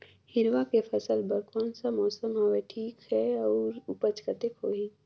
हिरवा के फसल बर कोन सा मौसम हवे ठीक हे अउर ऊपज कतेक होही?